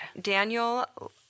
Daniel